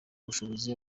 ubushobozi